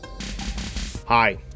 Hi